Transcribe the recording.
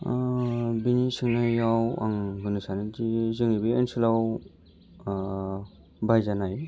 बिनि सोंनायाव आं होननो सानोदि जोनि बे ओनसोलाव बाहायजानाय